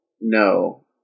no